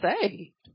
saved